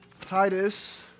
Titus